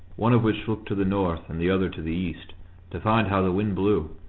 one of which looked to the north and the other to the east to find how the wind blew.